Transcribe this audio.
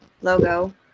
logo